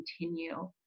continue